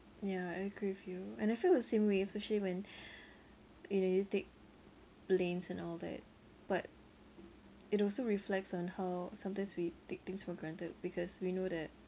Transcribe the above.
yeah I agree with you and I feel the same way especially when you know you take planes and all that but it also reflects on how sometimes we take things for granted because we know that